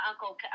uncle